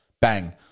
bang